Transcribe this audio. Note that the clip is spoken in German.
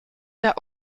der